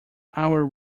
our